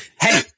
hey